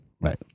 Right